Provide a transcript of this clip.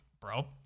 bro